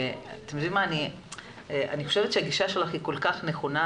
אני חושבת שהגישה שלך כל כך נכונה,